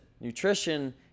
nutrition